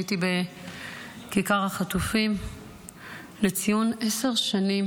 הייתי בכיכר החטופים לציון עשר שנים